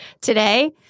today